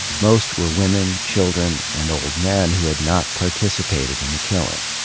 most were women, ch ildren, and old men who had not participated in the killing.